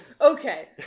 Okay